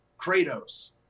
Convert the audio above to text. Kratos